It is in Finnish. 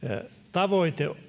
tavoite